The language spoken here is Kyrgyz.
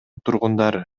тургундары